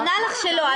היא עונה לך שלא.